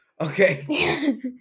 Okay